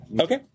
Okay